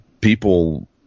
people